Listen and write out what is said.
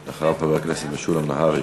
אחריו, חבר הכנסת משולם נהרי.